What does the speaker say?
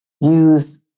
use